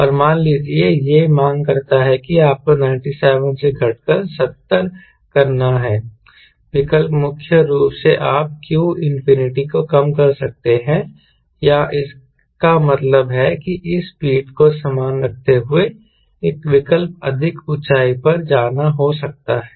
और मान लीजिए यह मांग करता है कि आपको 97 से घटकर 70 करना है विकल्प मुख्य रूप से आप q इंफिनिटि को कम कर सकते हैं या इसका मतलब है कि इस स्पीड को समान रखते हुए एक विकल्प अधिक ऊंचाई पर जाना हो सकता है